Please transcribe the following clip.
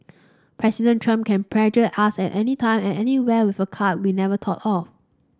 President Trump can pressure us at anytime at anywhere with a card we'd never thought of